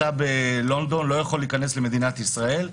נמצא בלונדון ולא יכול להיכנס למדינת ישראל.